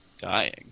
dying